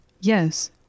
Yes